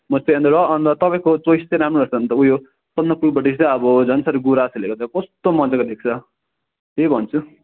मसित यहाँनिर अन्त तपाईँको चोइस चाहिँ राम्रो लाग्छ भने त उयो सन्दकपुरपट्टि चाहिँ अब झन् साह्रो गुराँसहरूले गर्दा कस्तो मजाको देख्छ त्यही भन्छु